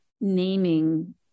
naming